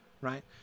Right